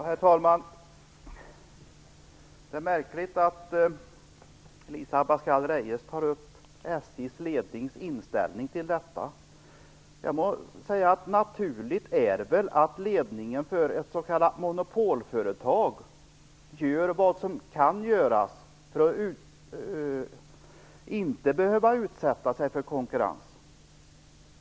Herr talman! Det är märkligt att Elisa Abascal Reyes tar upp SJ:s lednings inställning till detta. Jag må säga att det väl är naturligt att ledningen för ett s.k. monopolföretag gör vad som kan göras för att inte behöva utsätta sig för konkurrens.